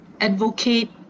advocate